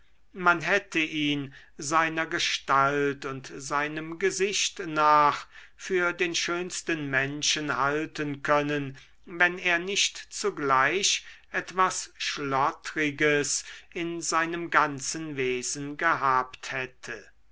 man hätte ihn seiner gestalt und seinem gesicht nach für den schönsten menschen halten können wenn er nicht zugleich etwas schlottriges in seinem ganzen wesen gehabt hätte